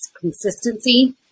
consistency